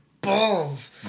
balls